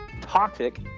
toxic